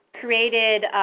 created